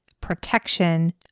protection